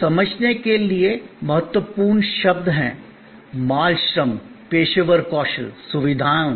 ये समझने के लिए महत्वपूर्ण शब्द हैं माल श्रम पेशेवर कौशल सुविधाओं